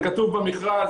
זה כתוב במכרז,